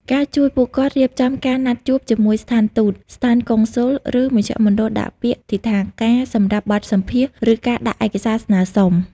ការជួយពួកគាត់រៀបចំការណាត់ជួបជាមួយស្ថានទូត ស្ថានកុងស៊ុល ឬមជ្ឈមណ្ឌលដាក់ពាក្យទិដ្ឋាការសម្រាប់បទសម្ភាសន៍ ឬការដាក់ឯកសារស្នើសុំ។